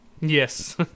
Yes